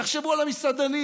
תחשבו על המסעדנים